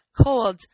cold